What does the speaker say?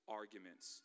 arguments